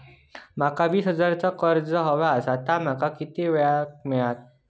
माका वीस हजार चा कर्ज हव्या ता माका किती वेळा क मिळात?